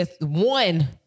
One